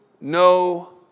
no